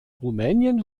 rumänien